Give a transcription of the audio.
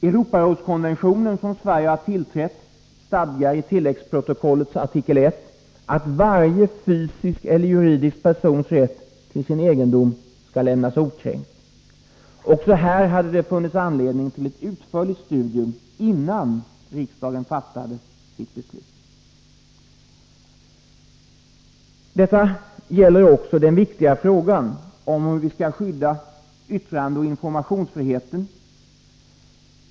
Europarådskonventionen, som Sverige har tillträtt, stadgar i tilläggsprotokollets artikel 1 att varje fysisk eller juridisk persons rätt till sin egendom skall lämnas okränkt. Också här hade det funnits anledning till ett utförligt studium, innan riksdagen fattade sitt beslut. Detta gäller också den viktiga frågan om hur vi skall skydda yttrandeoch informationsfriheten.